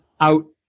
out